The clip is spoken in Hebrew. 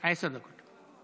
עשר דקות.